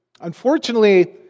unfortunately